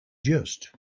just